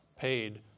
paid